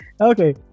Okay